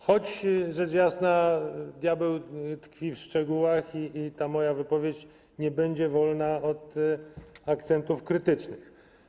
Choć rzecz jasna diabeł tkwi w szczegółach i ta moja wypowiedź nie będzie wolna od akcentów krytycznych.